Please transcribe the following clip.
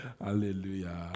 Hallelujah